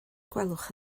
gwelwch